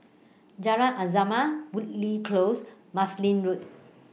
Jalan Azam Woodleigh Close Marsiling Road